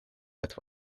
that